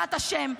בעזרת השם,